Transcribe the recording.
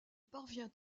parvient